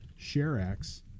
ShareX